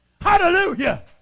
Hallelujah